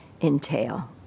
entail